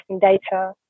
data